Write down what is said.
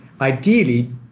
ideally